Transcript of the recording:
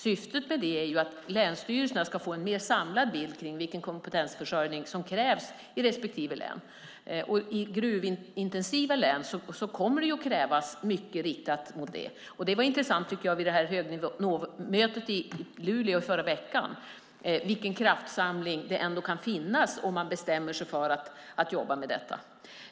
Syftet med det är att länsstyrelserna ska få en mer samlad bild av vilken kompetensförsörjning som krävs i respektive län. I gruvintensiva län kommer det att krävas mycket som är riktat mot det. Det var intressant att höra på högnivåmötet i Luleå förra veckan vilken kraftsamling det ändå kan finnas om man bestämmer sig för att jobba med detta.